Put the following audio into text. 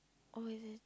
oh is it